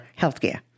healthcare